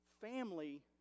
family